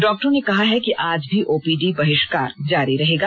डाक्टरों ने कहा है कि आज भी ओपीडी बहिष्कार जारी रहेगा